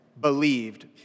believed